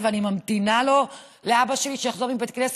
ואני ממתינה לאבא שלי שיחזור מבית הכנסת,